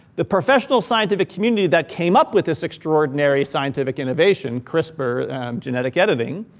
the professional scientific community that came up with this extraordinary scientific innovation, crispr genetic editing,